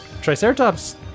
Triceratops